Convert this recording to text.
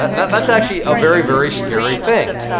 that's actually a very, very scary thing.